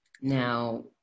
Now